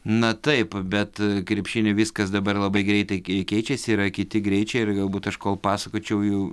na taip bet krepšinyje viskas dabar labai greitai kei keičiasi yra kiti greičiai ir galbūt aš kol pasakočiau jau